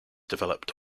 developed